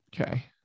Okay